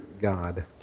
God